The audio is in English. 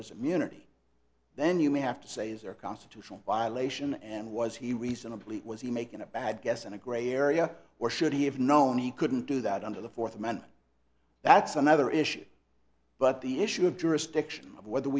there's immunity then you may have to say is there a constitutional violation and was he recently was he making a bad guess in a gray area or should he have known he couldn't do that under the fourth amendment that's another issue but the issue of jurisdiction whether